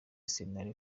sentare